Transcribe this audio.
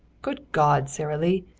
good god, sara lee,